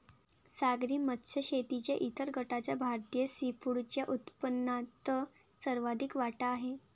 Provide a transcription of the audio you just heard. सागरी मत्स्य शेतीच्या इतर गटाचा भारतीय सीफूडच्या उत्पन्नात सर्वाधिक वाटा आहे